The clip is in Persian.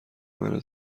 منو